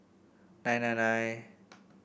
nine nine nine